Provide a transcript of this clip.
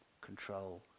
control